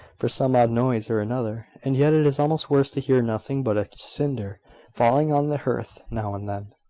for some odd noise or another. and yet it is almost worse to hear nothing but a cinder falling on the hearth now and then,